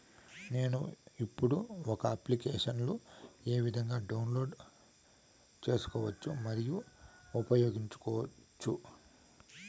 నేను, ఇప్పుడు ఉన్న అప్లికేషన్లు ఏ విధంగా డౌన్లోడ్ సేసుకోవచ్చు మరియు ఉపయోగించొచ్చు?